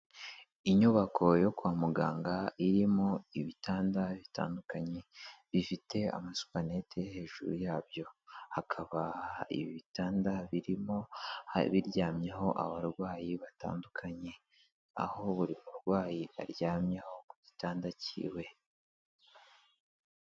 Inyubako yo kwa muganga irimo ibitanda bitandukanye, bifite amasupanete hejuru yabyo, hakabaha ibitanda birimo biryamyeho abarwayi batandukanye aho buri murwayi aryamyeho ku gitanda kiwe.